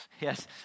Yes